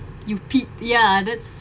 you pick ya that's